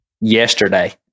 yesterday